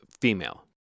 female